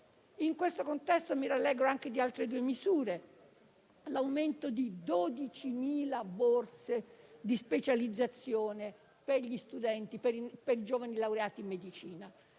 In questo contesto, mi rallegro anche di altre due misure. Una è l'aumento di 12.000 borse di specializzazione per gli studenti, per i giovani laureati in medicina.